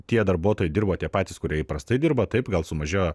tie darbuotojai dirbo tie patys kurie įprastai dirba taip gal sumažėjo